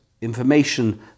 information